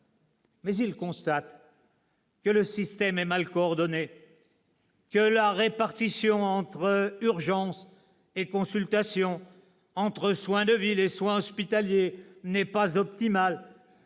Mais ils constatent que le système est mal coordonné, que la répartition entre urgences et consultations, entre soins de ville et soins hospitaliers n'est pas optimale,